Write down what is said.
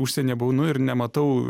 užsienyje būnu ir nematau